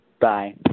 Bye